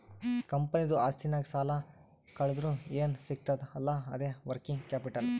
ಕಂಪನಿದು ಆಸ್ತಿನಾಗ್ ಸಾಲಾ ಕಳ್ದುರ್ ಏನ್ ಸಿಗ್ತದ್ ಅಲ್ಲಾ ಅದೇ ವರ್ಕಿಂಗ್ ಕ್ಯಾಪಿಟಲ್